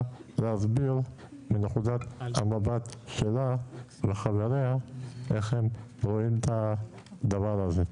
להסביר מנקודת המבט שלה וחבריה איך הם רואים את הדבר הזה?